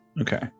okay